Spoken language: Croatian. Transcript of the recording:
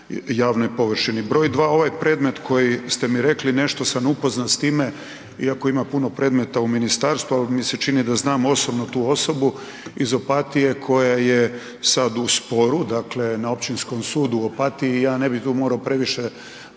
javnoj površini. Broj dva, ovaj predmet koji ste mi rekli nešto sam upoznat s time iako ima puno predmeta u ministarstvu, ali mi se čini da znam osobnu tu osobu iz Opatije koja je sada u sporu, dakle na Općinskom sudu u Opatiji i ja ne bih tu morao previše komentirati